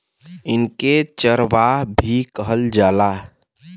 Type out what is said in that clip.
इनके चरवाह भी कहल जाला